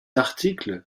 article